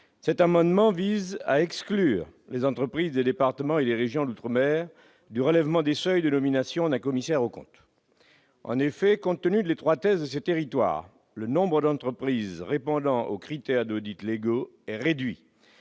Mon amendement vise à exclure les entreprises des départements et régions d'outre-mer du dispositif de relèvement des seuils pour la nomination d'un commissaire aux comptes. En effet, compte tenu de l'étroitesse de ces territoires, le nombre d'entreprises répondant aux critères de l'audit légal est réduit.